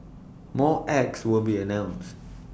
more acts will be announced